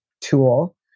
tool